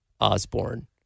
Osborne